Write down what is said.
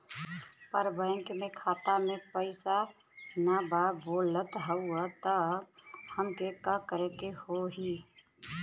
पर बैंक मे खाता मे पयीसा ना बा बोलत हउँव तब हमके का करे के होहीं?